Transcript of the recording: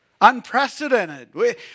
unprecedented